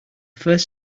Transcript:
first